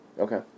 Okay